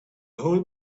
whole